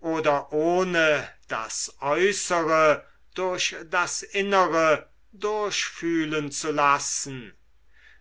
oder ohne das äußere durch das innere durchfühlen zu lassen